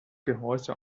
gehäuse